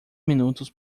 minutos